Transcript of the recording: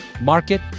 Market